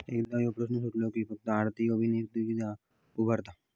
एकदा ह्यो प्रश्न सुटलो कि फक्त आर्थिक अभियांत्रिकी उरता